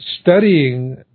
studying